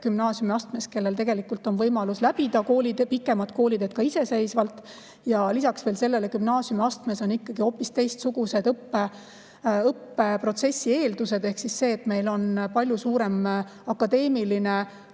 gümnaasiumiastmes, kellel tegelikult on võimalus läbida pikem koolitee ka iseseisvalt. Lisaks, gümnaasiumiastmes on ikkagi hoopis teistsugused õppeprotsessi eeldused ehk seal on palju suurem akadeemiliste